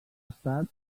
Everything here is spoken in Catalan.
estat